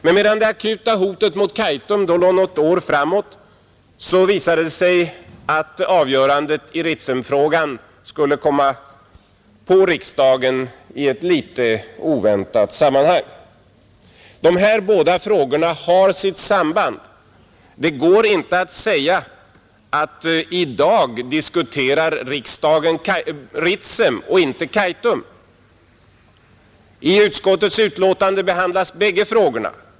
Men medan det akuta hotet mot Kaitum då låg något år framåt, visade det sig att avgörandet i Ritsemfrågan skulle komma inför riksdagen i ett något oväntat sammanhang. Dessa båda frågor har ett samband. Det går inte att säga: I dag diskuterar riksdagen Ritsem och inte Kaitum. I utskottets betänkande behandlas bägge frågorna.